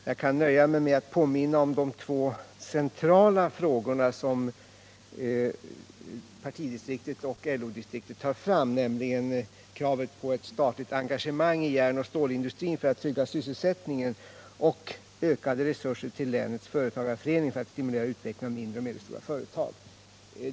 Jag kan nöja mig med att påminna om de två centrala frågor som partidistriktet och LO-distriktet tar fram, nämligen kraven på statligt engagemang i järnoch stålindustrin för att trygga sysselsättningen och ökade resurser till länets företagareförening för att stimulera utvecklingen av mindre och medelstora företag.